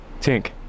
Tink